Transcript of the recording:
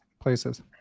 places